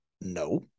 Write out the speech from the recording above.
no